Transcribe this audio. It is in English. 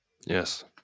Yes